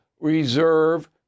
reserve